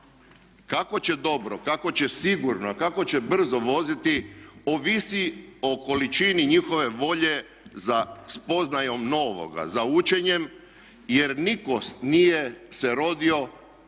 Kako će dobro, kako će sigurno, kako će brzo voziti ovisi o količini njihove volje za spoznajom novoga, za učenjem, jer nitko nije se rodio naučen